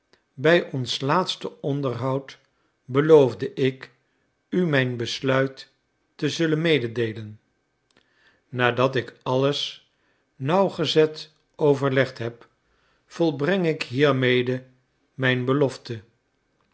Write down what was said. bij ons laatste onderhoud beloofde ik u mijn besluit te zullen mededeelen nadat ik alles nauwgezet overlegd heb volbreng ik hiermede mijn belofte